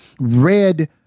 red